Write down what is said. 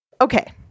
Okay